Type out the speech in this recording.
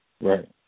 Right